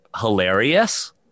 hilarious